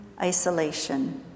isolation